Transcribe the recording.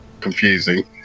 confusing